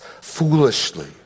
foolishly